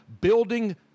building